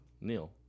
Neil